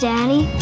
Daddy